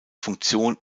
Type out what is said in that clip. funktion